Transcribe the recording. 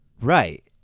Right